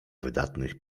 wydatnych